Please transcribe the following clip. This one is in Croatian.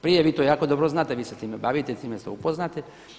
Prije vi to jako dobro znate, vi se time bavite, time ste upoznati.